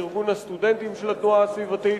ארגון הסטודנטים של התנועה הסביבתית,